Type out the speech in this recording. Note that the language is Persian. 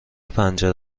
پنجره